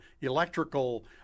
electrical